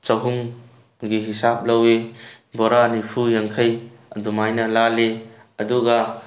ꯆꯍꯨꯝꯒꯤ ꯍꯤꯡꯁꯥꯞ ꯂꯧꯏ ꯕꯣꯔꯥ ꯅꯤꯐꯨ ꯌꯥꯡꯈꯩ ꯑꯗꯨꯃꯥꯏꯅ ꯂꯥꯜꯂꯤ ꯑꯗꯨꯒ